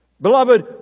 Beloved